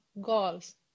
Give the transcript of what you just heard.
goals